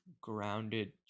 grounded